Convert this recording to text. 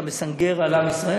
אתה מסנגר על עם ישראל,